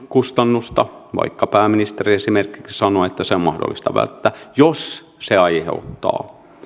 kustannusta vaikka pääministeri esimerkiksi sanoi että se on mahdollista välttää jos se aiheuttaa